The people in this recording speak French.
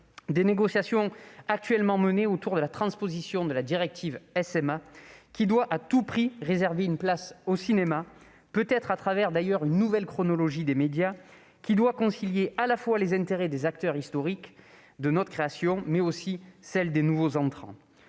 des négociations actuellement menées autour de la transposition de la directive SMA, qui doit à tout prix réserver une place au cinéma, peut-être au travers d'une nouvelle chronologie des médias conciliant les intérêts des grands acteurs historiques de notre création et ceux des nouveaux entrants.